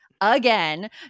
again